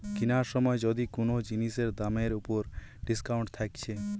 কিনার সময় যদি কুনো জিনিসের দামের উপর ডিসকাউন্ট থাকছে